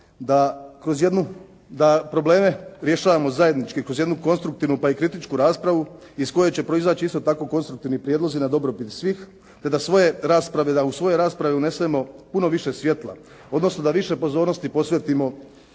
da probleme rješavamo zajednički kroz jednu konstruktivnu pa i kritičku raspravu iz koje će proizaći isto tako konstruktivni prijedlozi na dobrobit svih te da u svoje rasprave unesemo puno više svjetla, odnosno da više pozornosti posvetimo